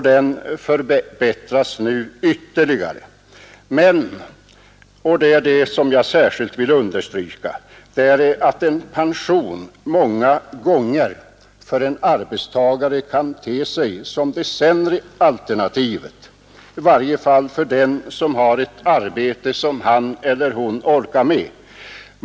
Den förbättras nu ytterligare. Men — och detta vill jag särskilt understryka — en pension kan många gånger för en arbetstagare te sig som det sämre alternativet, i varje fall för dem som har ett arbete som han eller hon orkar med.